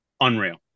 unreal